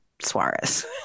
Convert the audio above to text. Suarez